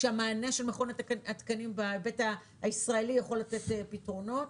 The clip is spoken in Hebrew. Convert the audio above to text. שהמענה של מכונים התקנים בהיבט הישראלי יכול לתת פתרונות.